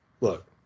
look